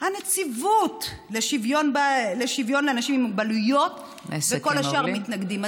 הנציבות לשוויון אנשים עם מוגבלויות וכל השאר מתנגדים.